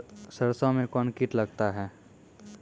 सरसों मे कौन कीट लगता हैं?